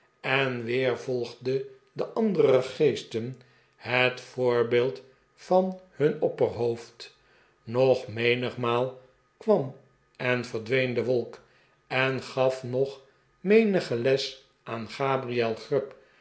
en weer volgden de andere geesten het voorbeeld van hun opperhoofd nog menigmaal kwam en verdween de wolk en gaf nog menige les aan gabriel grub